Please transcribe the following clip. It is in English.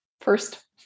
first